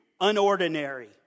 unordinary